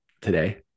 today